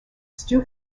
stu